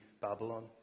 Babylon